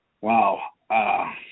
Wow